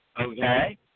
okay